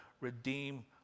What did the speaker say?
redeem